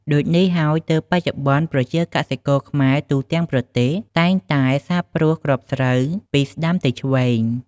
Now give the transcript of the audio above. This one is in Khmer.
ដូចនេះហើយទើបបច្ចុប្បន្នប្រជាកសិករខ្មែរទូទាំងប្រទេសតែងតែសាបព្រួសគ្រាប់ស្រូវពីស្ដាំទៅឆ្វេង។